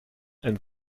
and